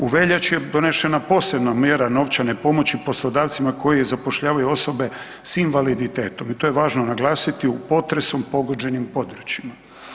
U veljači je donešena posebna mjera novčane pomoći poslodavcima koji zapošljavaju osobe s invaliditetom i to je važno naglasiti u potresom pogođenim područjima.